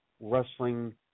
wrestling